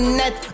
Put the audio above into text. net